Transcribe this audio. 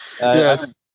Yes